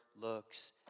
looks